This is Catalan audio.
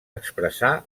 expressar